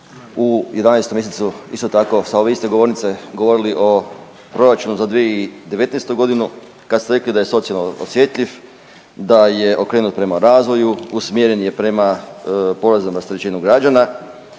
u 11 mjesecu isto tako sa ove iste govornice govorili o proračunu za 2019. godinu, kad ste rekli da je socijalno osjetljiv, da je okrenut prema razvoju, usmjeren je prema porezu na rasterećenje građana,